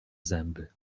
zęby